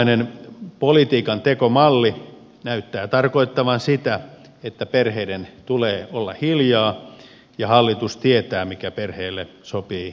uudenlainen politiikantekomalli näyttää tarkoittavan sitä että perheiden tulee olla hiljaa ja hallitus tietää mikä perheille sopii parhaiten